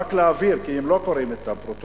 רק להעביר, כי הם לא קוראים את הפרוטוקול: